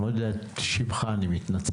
אני לא יודע את שמך, אני מתנצל.